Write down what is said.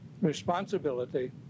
responsibility